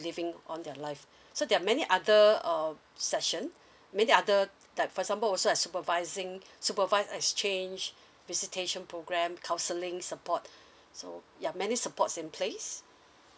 living on their life so there are many other uh session many other like for example also supervising supervised exchange visitation program counselling support so ya many supports in place